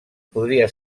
podria